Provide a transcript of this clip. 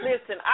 Listen